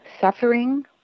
suffering